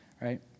right